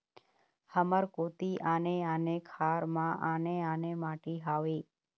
हमर कोती आने आने खार म आने आने माटी हावे?